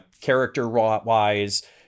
character-wise